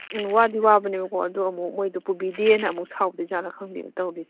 ꯎꯝ ꯋꯥꯗꯤ ꯋꯥꯕꯅꯦꯕꯀꯣ ꯑꯗꯨ ꯑꯃꯨꯛ ꯃꯣꯏꯗꯣ ꯄꯨꯕꯤꯗꯦꯅ ꯑꯃꯨꯛ ꯁꯥꯎꯗꯣꯏꯖꯥꯠꯂ ꯈꯪꯗꯦꯅꯦ ꯇꯧꯔꯤꯁꯦ